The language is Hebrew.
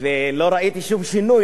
ולא ראיתי שום שינוי,